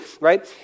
right